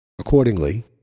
Accordingly